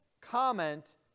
comment